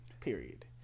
period